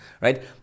right